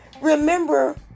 Remember